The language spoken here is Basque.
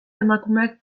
emakumeak